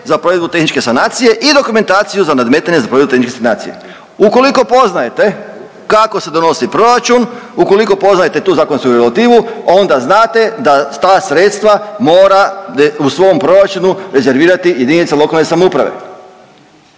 za provedbu tehničke sanacije i dokumentaciju za nadmetanje za .../Govornik se ne razumije./... sanacije. Ukoliko poznajete kako se donosi proračun, ukoliko poznajete tu zakonsku regulativu, onda znate da ta sredstva mora u svom proračunu rezervirati jedinica lokalne samouprave.